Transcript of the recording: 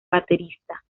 baterista